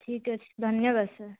ଠିକ୍ ଅଛି ଧନ୍ୟବାଦ ସାର୍